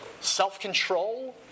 self-control